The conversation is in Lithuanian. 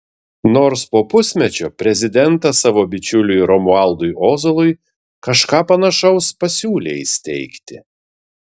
nors po pusmečio prezidentas savo bičiuliui romualdui ozolui kažką panašaus pasiūlė įsteigti